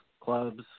clubs